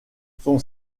sont